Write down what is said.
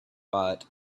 but